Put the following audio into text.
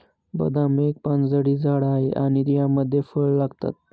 बदाम एक पानझडी झाड आहे आणि यामध्ये फळ लागतात